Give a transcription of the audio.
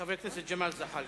חבר הכנסת ג'מאל זחאלקה.